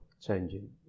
changing